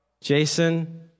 Jason